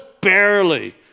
barely